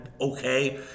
okay